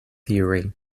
theory